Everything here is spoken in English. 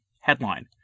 Headline